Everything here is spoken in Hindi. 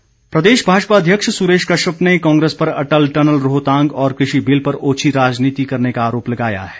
कश्यप प्रदेश भाजपा अध्यक्ष सुरेश कश्यप ने कांग्रेस पर अटल टनल रोहतांग और कृषि बिल पर ओछी राजनीति करने का आरोप लगाया है